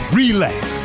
relax